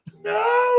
No